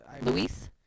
Luis